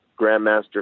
Grandmaster